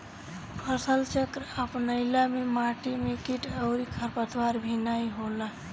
फसलचक्र अपनईला से माटी में किट अउरी खरपतवार भी नाई होला